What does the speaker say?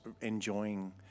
enjoying